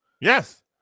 yes